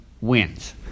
wins